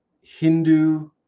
Hindu